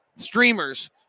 streamers